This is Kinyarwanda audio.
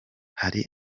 hari